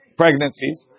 pregnancies